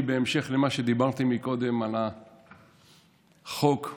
שבה הקואליציה מורכבת מכאלה שמחפשים לעקור את תורת ישראל,